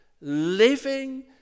living